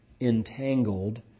entangled